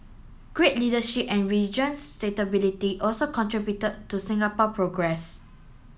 great leadership and region stability also contributed to Singapore progress